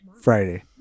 Friday